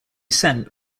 sent